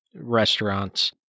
Restaurants